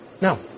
No